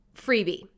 freebie